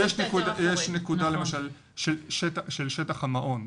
יש למשל נקודה של שטח המעון.